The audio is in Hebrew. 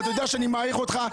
ואתה יודע שאני מעריך אותך.